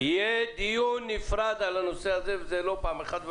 קובי, יהיה דיון נפרד על הנושא הזה, הדיון